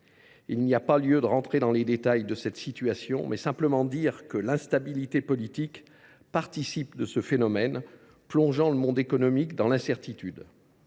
S’il n’y a pas lieu d’entrer dans les détails de cette situation, je tiens à souligner que l’instabilité politique participe de ce phénomène qui plonge le monde économique dans l’incertitude.